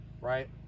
right